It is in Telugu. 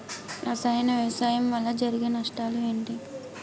రసాయన వ్యవసాయం వల్ల జరిగే నష్టాలు ఏంటి?